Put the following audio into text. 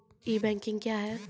ई banking क्या हैं?